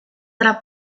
verrà